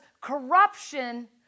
corruption